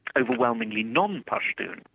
overwhelmingly non-pashtun,